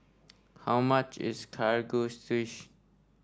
how much is Kalguksu